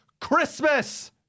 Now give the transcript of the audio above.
Christmas